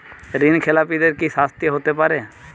ঋণ খেলাপিদের কি শাস্তি হতে পারে?